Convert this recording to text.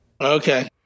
Okay